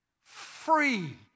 free